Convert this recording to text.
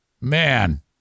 Man